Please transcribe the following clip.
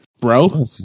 Bro